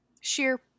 Sheer